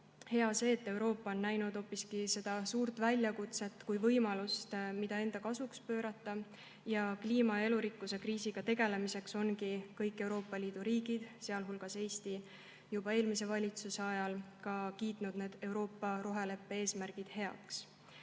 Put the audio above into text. hea see, et Euroopa on näinud seda suurt väljakutset hoopis kui võimalust, mida enda kasuks pöörata. Kliima- ja elurikkuse kriisiga tegelemiseks ongi kõik Euroopa Liidu riigid, sealhulgas Eesti juba eelmise valitsuse ajal, kiitnud Euroopa roheleppe eesmärgid heaks.